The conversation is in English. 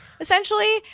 essentially